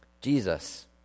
Jesus